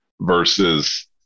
versus